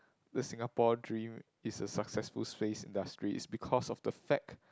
the Singapore dream is a successful space industry is because of the fact